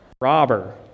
robber